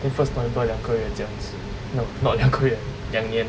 think first timer 两个月这样子 no not 两个月两年